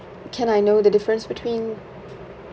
can I know the difference between